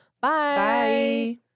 Bye